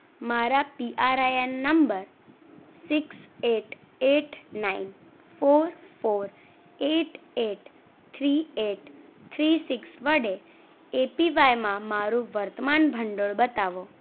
મારા PRIN number six eight eight nine four four eight eight three eight three six વડે એપીવાયમાં મારું વર્તમાન ભંડોળ બતાવો